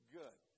good